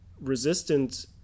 resistant